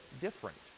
different